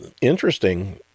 interesting